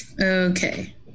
Okay